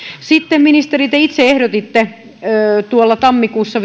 sitten ministeri te itse ehdotitte tänä vuonna tammikuussa